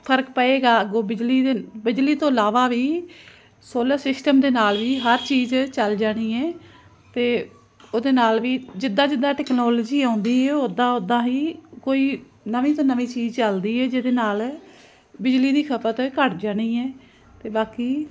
ਫਰਕ ਪਵੇਗਾ ਅੱਗੋਂ ਬਿਜਲੀ ਦੇ ਬਿਜਲੀ ਤੋਂ ਇਲਾਵਾ ਵੀ ਸੋਲਰ ਸਿਸਟਮ ਦੇ ਨਾਲ ਵੀ ਹਰ ਚੀਜ਼ ਚਲ ਜਾਣੀ ਹੈ ਅਤੇ ਉਹਦੇ ਨਾਲ ਵੀ ਜਿੱਦਾਂ ਜਿੱਦਾਂ ਟੈਕਨੋਲੋਜੀ ਆਉਂਦੀ ਉੱਦਾਂ ਉੱਦਾਂ ਹੀ ਕੋਈ ਨਵੀਂ ਤੋਂ ਨਵੀਂ ਚੀਜ਼ ਚੱਲਦੀ ਹੈ ਜਿਹਦੇ ਨਾਲ ਬਿਜਲੀ ਦੀ ਖਪਤ ਘੱਟ ਜਾਣੀ ਹੈ ਅਤੇ ਬਾਕੀ